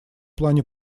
плане